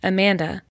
Amanda